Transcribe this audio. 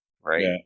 Right